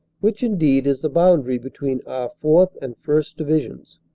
which indeed is the boundary between our fourth. and first. divisions.